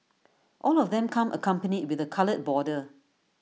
all of them come accompanied with A coloured border